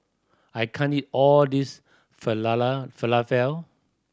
I can't eat all this Falafel